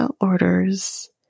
orders